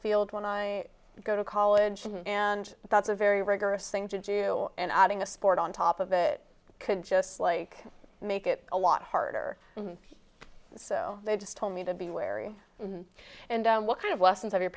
field when i go to college and that's a very rigorous thing to do and adding a sport on top of it could just like make it a lot harder so they just told me to be wary and what kind of lessons have your